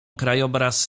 krajobraz